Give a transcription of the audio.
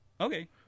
Okay